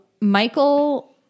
Michael